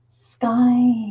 sky